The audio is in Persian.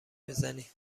بزنی